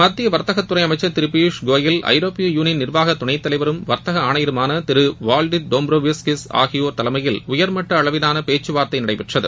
மத்திய வர்த்தகத்துறை அமைச்சர் திரு பியூஷ் கோயல் ஐரோப்பிய யூனியனின் நிர்வாக துணைத்தலைவரும் வர்த்தக ஆணையருமான திரு வாஷ்டிஸ் டாம்ப்ரோவ்ஸ்கிஸ் ஆகியோர் தலைமையில் உயர்மட்ட அளவிலான பேச்சுவார்தை நடைபெற்றுது